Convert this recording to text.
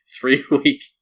three-week